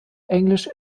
englisch